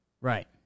right